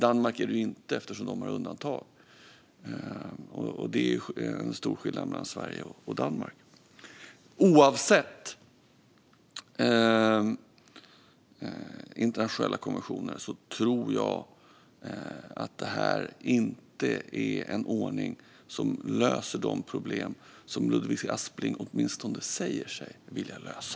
Danmark är det inte eftersom de har undantag. Det är en stor skillnad mellan Sverige och Danmark. Oavsett internationella konventioner tror jag att det inte är en ordning som löser de problem som Ludvig Aspling åtminstone säger sig vilja lösa.